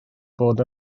bod